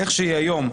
כפי שהיא היום,